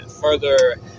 further